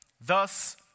Thus